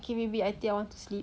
okay baby I think I want to sleep